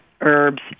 herbs